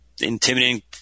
intimidating